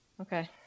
Okay